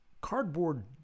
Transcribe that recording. cardboard